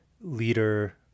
leader